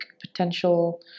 potential